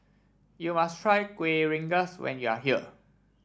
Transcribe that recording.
you must try Kuih Rengas when you are here